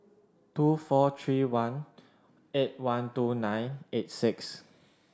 two four three one eight one two nine eight six